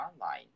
online